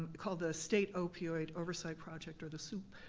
called the state opioid oversight project, or the soop,